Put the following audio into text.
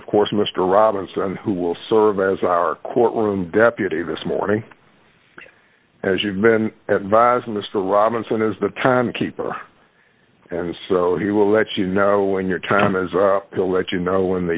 of course mr robinson who will serve as our courtroom deputy this morning as you've been advising mr robinson is the time keeper and he will let you know when your time is a bill that you know when the